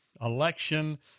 election